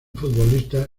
futbolista